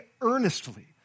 earnestly